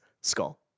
skull